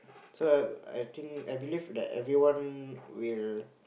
so I I think I believe that everyone will